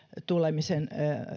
tulemisen